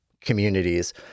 communities